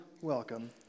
welcome